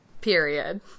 period